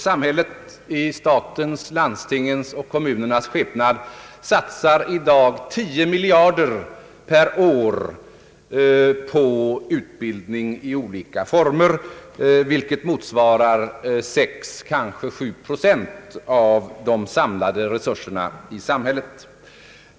Samhället — i statens, landstingens och kommunernas skepnad — satsar i dag 10 miljarder kronor per år på utbildning i olika former, vilket motsvarar 6, kanske 7 procent av de samlade resurserna i samhället.